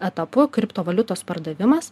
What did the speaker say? etapu kriptovaliutos pardavimas